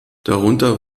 darunter